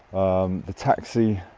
um the taxi